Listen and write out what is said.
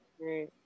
Right